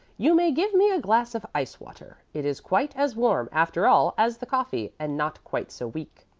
you may give me a glass of ice-water. it is quite as warm, after all, as the coffee, and not quite so weak.